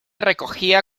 recogía